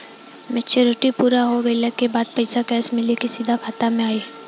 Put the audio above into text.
Maturity पूरा हो गइला के बाद पईसा कैश मिली की सीधे खाता में आई?